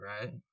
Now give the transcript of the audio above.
right